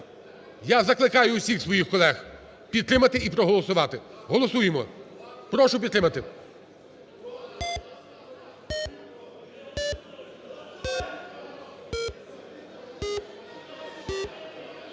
Я закликаю усіх своїх колег підтримати і проголосувати. Голосуємо. Прошу підтримати.